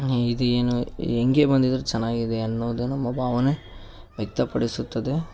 ಇದು ಏನು ಹೇಗೆ ಬಂದಿದ್ದರೂ ಚೆನ್ನಾಗಿದೆ ಅನ್ನೋದು ನಮ್ಮ ಭಾವನೆ ವ್ಯಕ್ತಪಡಿಸುತ್ತದೆ